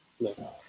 No